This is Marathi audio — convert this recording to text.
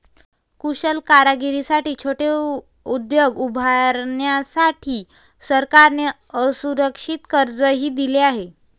कुशल कारागिरांसाठी छोटे उद्योग उभारण्यासाठी सरकारने असुरक्षित कर्जही दिले आहे